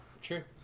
Sure